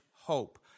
hope